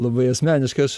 labai asmeniškai aš